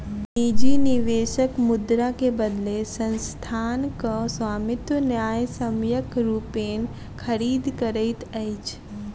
निजी निवेशक मुद्रा के बदले संस्थानक स्वामित्व न्यायसम्यक रूपेँ खरीद करैत अछि